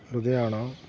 Ludhiana